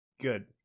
good